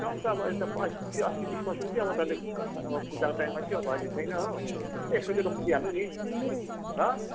discount त अब अस्ति बिस पर्सेन्ट थियो अब त अहिले अब पूजाको टाइममा थियो अब अहिले छैन हो एक सय चाहिँ कम्ती दिइहाल्नु नि ल